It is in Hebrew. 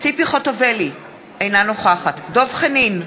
ציפי חוטובלי, אינה נוכחת דב חנין,